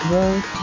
World